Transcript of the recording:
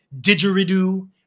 didgeridoo